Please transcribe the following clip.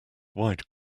wide